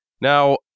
Now